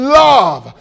love